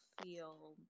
feel